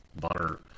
butter